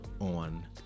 on